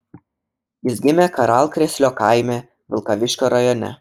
jis gimė karalkrėslio kaime vilkaviškio rajone